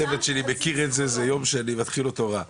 הצוות שלי מכיר את זה, זה יום שאני מתחיל אותו רע.